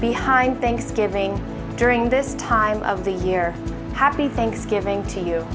behind thanksgiving during this time of the year happy thanksgiving to you